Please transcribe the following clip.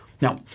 Now